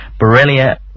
Borrelia